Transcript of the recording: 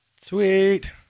Sweet